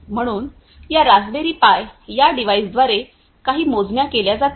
म्हणून या Raspberry Pi या डिव्हाइसद्वारे काही मोजण्या केल्या जातील